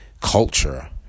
culture